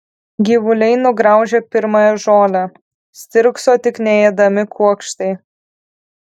gyvuliai nugraužė pirmąją žolę stirkso tik neėdami kuokštai